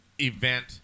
Event